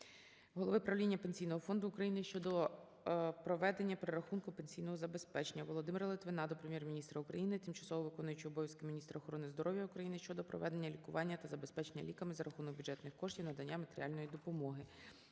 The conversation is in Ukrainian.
Голови правління Пенсійного фонду України щодо проведення перерахунку пенсійного забезпечення. Володимира Литвина до Прем'єр-міністра України, тимчасово виконуючої обов'язки Міністра охорони здоров'я України щодо проведення лікування та забезпечення ліками за рахунок бюджетних коштів, надання матеріальної допомоги.